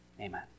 Amen